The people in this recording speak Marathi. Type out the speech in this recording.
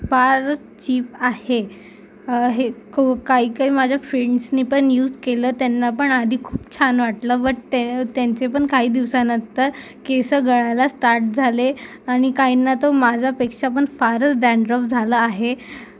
फारच चीप आहे हे क् काही काही माझ्या फ्रेंड्सनी पन यूज केलं त्यांना पण आधी खूप छान वाटलं बट ते त्यांचे पण काही दिवसानंतर केस गळायला स्टार्ट झाले आणि काहींना तर माझ्यापेक्षा पण फारच डॅन्डरफ झाला आहे